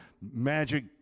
magic